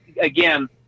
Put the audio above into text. again